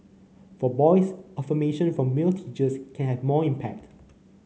for boys affirmation from male teachers can have more impact